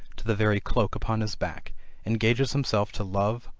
to the very cloak upon his back engages himself to love,